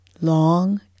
long